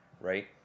right